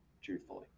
truthfully